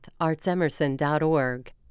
ArtsEmerson.org